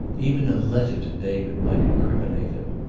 even a letter to david might incriminate him.